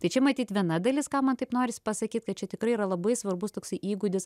tai čia matyt viena dalis ką man taip norisi pasakyt kad čia tikrai yra labai svarbus toksai įgūdis